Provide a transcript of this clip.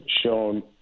shown